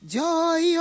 joy